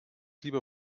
lieber